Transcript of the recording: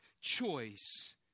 choice